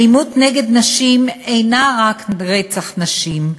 אלימות נגד נשים אינה רק רצח נשים,